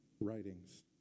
writings